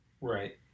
Right